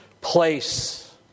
place